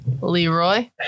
Leroy